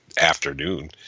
afternoon